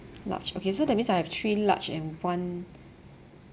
large okay so that means I have three large and one